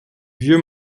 vieux